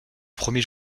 premier